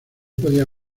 podía